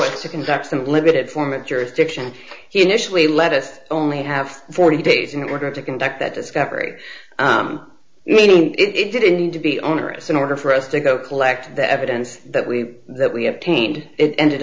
us to conduct some limited form of jurisdiction he initially let us only have forty days in order to conduct that discovery meaning it didn't need to be onerous in order for us to go collect the evidence that we that we have tainted it ended